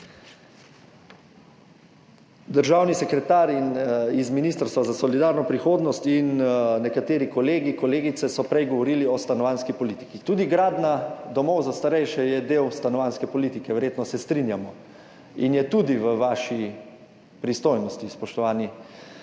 Državni sekretar z Ministrstva za solidarno prihodnost in nekateri kolegi, kolegice so prej govorili o stanovanjski politiki. Tudi gradnja domov za starejše je del stanovanjske politike. Verjetno se strinjamo in je tudi v vaši pristojnosti, spoštovani